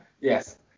Yes